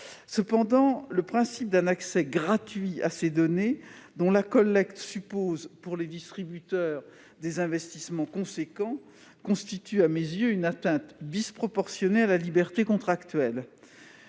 Cependant, le principe d'un accès gratuit à ces données, dont la collecte suppose de la part des distributeurs des investissements conséquents, constitue à mes yeux une atteinte disproportionnée à la liberté contractuelle.